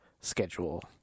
schedule